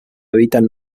habitan